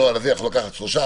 הנוהל הזה יכול לקחת שלושה,